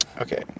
Okay